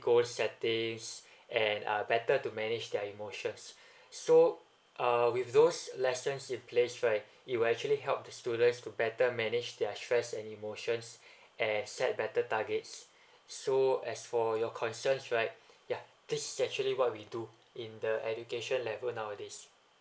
go sad days and uh better to manage their emotions so uh with those lessons in place right you actually help the students to better manage their stress and emotions and set better targets so as for your concerns right ya this is actually what we do in the education level nowadays